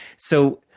so,